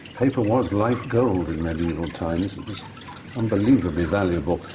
paper was like gold in medieval times. and just unbelievably valuable.